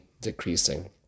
decreasing